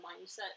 mindset